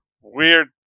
weird